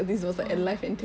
oh